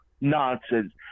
nonsense